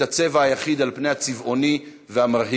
את הצבע היחיד על פני הצבעוני והמרהיב.